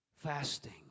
fasting